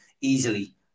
easily